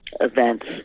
events